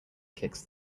kicks